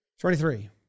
twenty-three